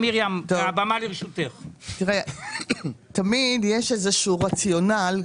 תראה, תמיד יש איזשהו רציונל.